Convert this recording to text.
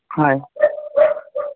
হয়